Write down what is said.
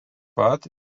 pat